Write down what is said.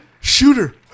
Shooter